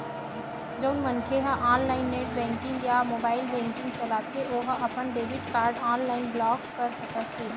जउन मनखे ह ऑनलाईन नेट बेंकिंग या मोबाईल बेंकिंग चलाथे ओ ह अपन डेबिट कारड ऑनलाईन ब्लॉक कर सकत हे